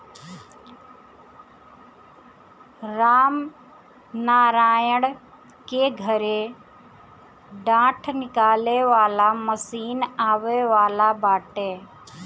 रामनारायण के घरे डाँठ निकाले वाला मशीन आवे वाला बाटे